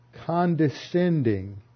condescending